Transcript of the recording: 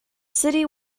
city